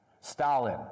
Stalin